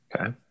Okay